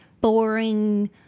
boring